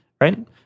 right